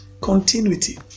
Continuity